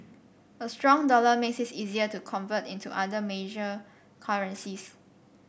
a strong dollar makes it's easier to convert into other major currencies